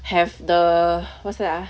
have the what's that ah